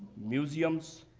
museums,